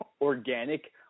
organic